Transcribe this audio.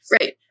Right